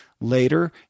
later